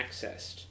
accessed